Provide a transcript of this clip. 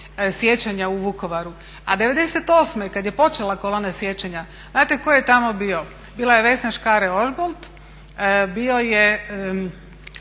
sjećanja u Vukovaru, a '98. kad je počela kolona sjećanja znate tko je tamo bio, bila je Vesna Škare-Ožbolt, bio je